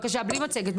בבקשה, בלי מצגת.